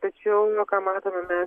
tačiau ką matome mes